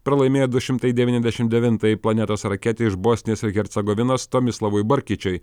pralaimėjo du šimtai devyniasdešimt devintajai planetos raketei iš bosnijos ir hercegovinos tomislavui barkičai